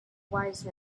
wise